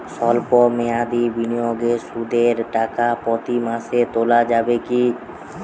সল্প মেয়াদি বিনিয়োগে সুদের টাকা প্রতি মাসে তোলা যাবে কি?